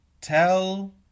Tell